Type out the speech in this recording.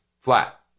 flat